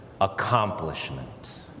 accomplishment